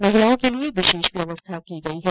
महिलाओं के लिए विशेष व्यवस्था की गई है